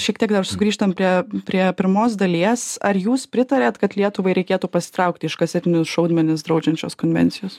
šiek tiek dar sugrįžtam prie prie pirmos dalies ar jūs pritariat kad lietuvai reikėtų pasitraukti iš kasetinius šaudmenis draudžiančios konvencijos